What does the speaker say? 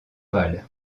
val